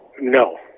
No